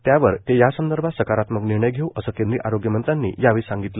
त्यावर यासंदर्भात सकारात्मक निर्णय घेऊ असं केंद्रीय आरोग्य मंत्र्यांनी सांगितलं